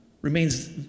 remains